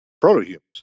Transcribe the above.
proto-humans